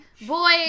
boy